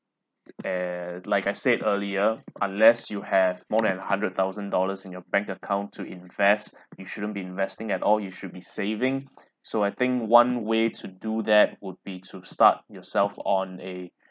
as like I said earlier unless you have more than a hundred thousand dollars in your bank account to invest you shouldn't be investing at all you should be saving so I think one way to do that would be to start yourself on a